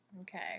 Okay